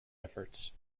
efforts